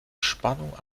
spannung